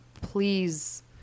Please